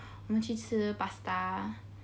我们去吃 pasta